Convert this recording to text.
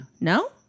No